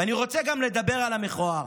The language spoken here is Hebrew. ואני רוצה גם לדבר על המכוער.